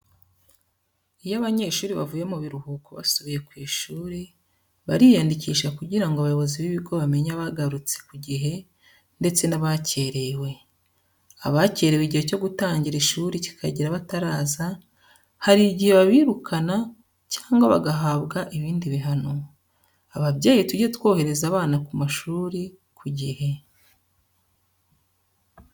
Iyo abanyeshuri bavuye mu biruhuko basuye ku ishuri bariyandikisha kugira ngo abayobozi b'ikigo bamenye abagarutse ku gihe ndetse n'abakerewe. Abakerewe igihe cyo gutangira ishuri kikagera bataraza hari igihe babirukana cyangwa bagahabwa ibindi bihano. Ababyeyi tujye twohereza abana ku mashuri ku gihe.